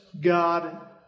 God